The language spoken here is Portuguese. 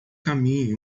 caminhe